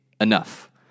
enough